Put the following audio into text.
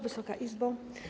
Wysoka Izbo!